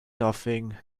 nothing